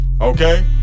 Okay